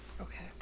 Okay